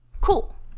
Cool